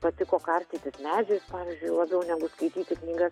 patiko karstytis medžiais pavyzdžiui labiau negu skaityti knygas